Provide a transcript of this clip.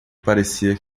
parecia